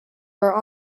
are